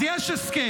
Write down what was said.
אז יש הסכם.